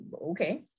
okay